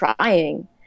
trying